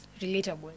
relatable